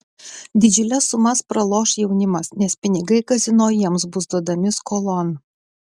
didžiules sumas praloš jaunimas nes pinigai kazino jiems bus duodami skolon